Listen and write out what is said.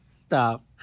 Stop